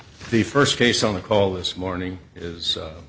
the first case on the call this morning is